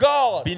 God